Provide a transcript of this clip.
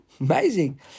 Amazing